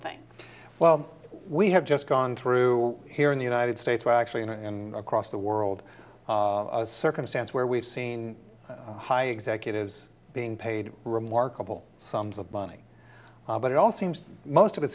things well we have just gone through here in the united states where actually and across the world a circumstance where we've seen high executives being paid remarkable sums of money but it all seems most of it